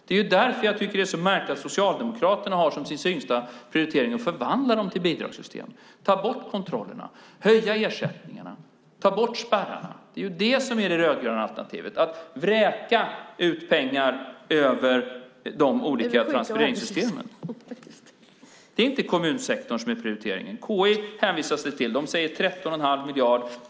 Det är därför jag tycker att det är så märkligt att Socialdemokraterna har som sin tyngsta prioritering att förvandla dem till bidragssystem, att ta bort kontrollerna, höja ersättningarna och ta bort spärrarna. Det är det som är det rödgröna alternativet, att vräka ut pengar över de olika transfereringssystemen. Det är inte kommunsektorn som är prioriteringen. KI hänvisas det till. De säger 13 1⁄2 miljard.